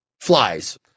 flies